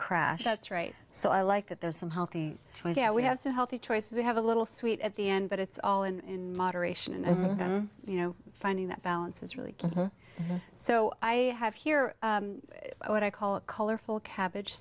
crash that's right so i like that there's some healthy choices and we have some healthy choices we have a little sweet at the end but it's all in moderation and you know finding that balance is really key so i have here what i call a colorful cabbage